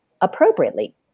appropriately